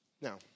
Now